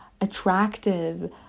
attractive